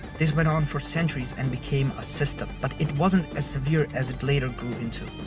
this went on for centuries and became a system but it wasn't as severe as it later grew into.